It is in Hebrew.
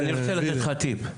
אני רוצה לתת לך טיפ.